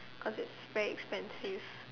because it's very expensive